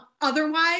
otherwise